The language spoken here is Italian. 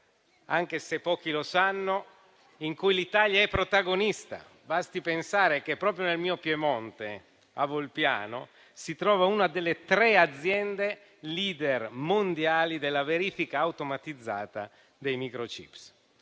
anche se pochi lo sanno - è protagonista: basti pensare che proprio nel mio Piemonte, a Volpiano, si trova una delle tre aziende *leader* mondiali della verifica automatizzata dei *microchip*.